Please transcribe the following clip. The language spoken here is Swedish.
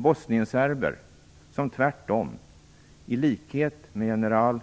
Bosnienserber som tvärtom, i likhet med general